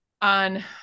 on